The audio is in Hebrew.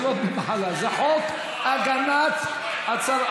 זה לא דמי מחלה, זה חוק הגנת הצרכן.